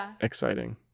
exciting